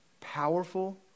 powerful